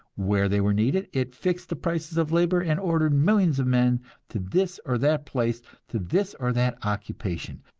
where they were needed, it fixed the prices of labor, and ordered millions of men to this or that place, to this or that occupation.